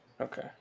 Okay